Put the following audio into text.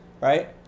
right